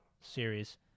series